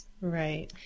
Right